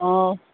অঁ